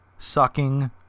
sucking